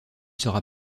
sera